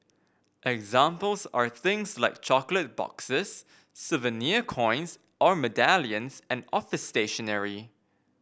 examples are things like chocolate boxes souvenir coins or medallions and office stationery